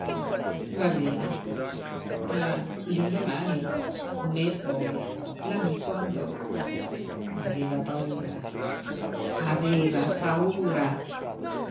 va bene ma l'indomani né poi l'amico andò aveva paura aveva paura